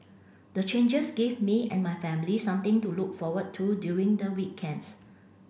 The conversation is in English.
the changes give me and my family something to look forward to during the weekends